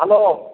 hello